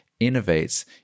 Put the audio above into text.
innovates